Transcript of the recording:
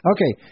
Okay